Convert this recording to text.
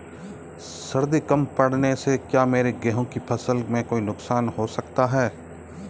सर्दी कम पड़ने से क्या मेरे गेहूँ की फसल में कोई नुकसान हो सकता है?